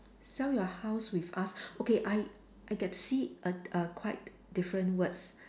sell your house with us okay I I get to see err err quite different words